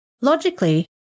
Logically